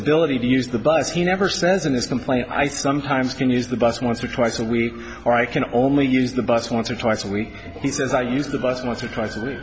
ability to use the bus he never says in this complaint i sometimes can use the bus once or twice a week or i can only use the bus once or twice a week he says i use the bus once or twice